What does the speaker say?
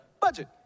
Budget